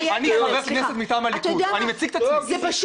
אני חבר כנסת מטעם הליכוד, אני מציג את עצמי.